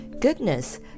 Goodness